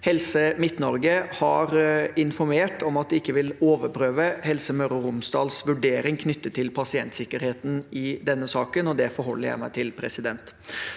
Helse MidtNorge har informert om at de ikke vil overprøve Helse Møre og Romsdals vurdering knyttet til pasientsikkerheten i denne saken. Det forholder jeg meg til. Jeg